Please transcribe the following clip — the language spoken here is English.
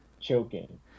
choking